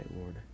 Lord